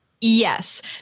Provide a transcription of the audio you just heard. Yes